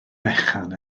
fechan